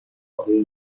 مطالعه